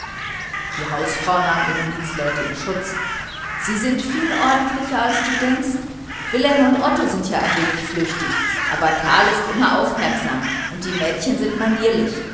die hausfrau nahm ihre mietsleute in schutz sie sind viel ordentlicher als du denkst wilhelm und otto sind ja ein wenig flüchtig aber karl ist immer aufmerksam und auch die mädchen sind manierlich